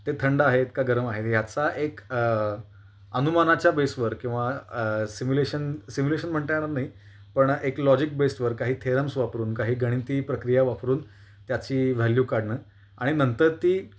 ते थंड आहेत का गरम आहेत ह्याचा एक अनुमानाच्या बेसवर किंवा सिम्युलेशन सिम्युलेशन म्हणता येणार नाही पण एक लॉजिक बेसवर काही थेरम्स वापरून काही गणिती प्रक्रिया वापरून त्याची व्हॅल्यू काढणं आणि नंतर ती